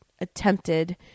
attempted